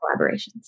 collaborations